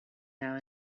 now